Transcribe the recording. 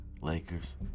Lakers